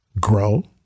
grow